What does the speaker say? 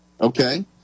Okay